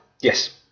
yes